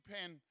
pen